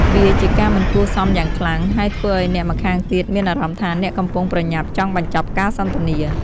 វាជាការមិនគួរសមយ៉ាងខ្លាំង ហើយធ្វើឲ្យអ្នកម្ខាងទៀតមានអារម្មណ៍ថាអ្នកកំពុងប្រញាប់ចង់បញ្ចប់ការសន្ទនា។